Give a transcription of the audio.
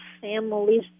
families